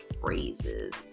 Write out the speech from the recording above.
phrases